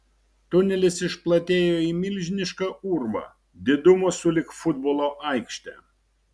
tunelis išplatėjo į milžinišką urvą didumo sulig futbolo aikšte